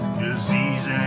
disease